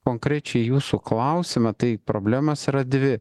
konkrečiai į jūsų klausimą tai problemos yra dvi